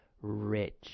rich